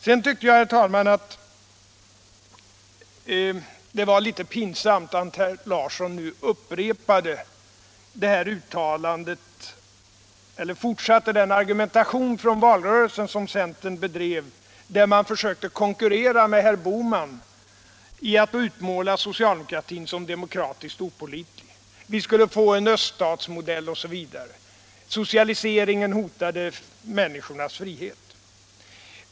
Sedan tyckte jag, herr talman, att det var litet pinsamt att herr Larsson fortsatte den argumentation från valrörelsen som centern bedrev. Där försökte man konkurrera med herr Bohman i utmålandet av socialdemokratin som demokratiskt opålitlig — vi skulle få en öststatsmodell, socialiseringen hotade människornas frihet osv.